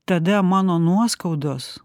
tada mano nuoskaudos